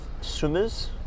swimmers